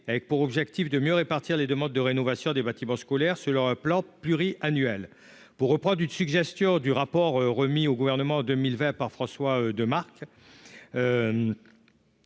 avec pour objectif de mieux répartir les demandes de rénovation des bâtiments scolaires, selon un plan pluri-annuel pour reprendre une suggestion du rapport remis au gouvernement en 2020 par François de Marc